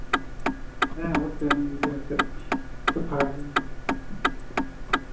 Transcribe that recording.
ᱦᱮᱸ ᱚᱵᱚᱥᱥᱳᱭ ᱞᱟᱹᱭ ᱢᱮᱥᱮᱜ ᱱᱤᱛᱚᱜ ᱯᱷᱟᱠᱟ ᱜᱤᱭᱟᱹᱧ